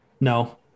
No